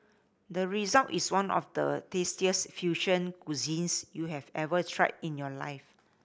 the result is one of the tastiest fusion cuisines you have ever tried in your life